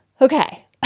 okay